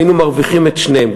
היינו מרוויחים את שניהם,